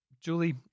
Julie